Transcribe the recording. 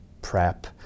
Prep